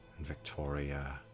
Victoria